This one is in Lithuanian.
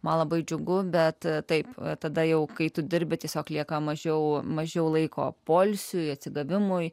man labai džiugu bet taip tada jau kai tu dirbi tiesiog lieka mažiau mažiau laiko poilsiui atsigavimui